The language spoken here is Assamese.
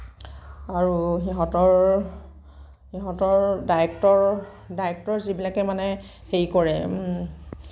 আৰু সিহঁতৰ সিহঁতৰ ডাইৰেক্টৰ ডাইৰেক্টৰ যিবিলাকে মানে হেৰি কৰে